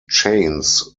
chains